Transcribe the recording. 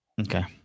Okay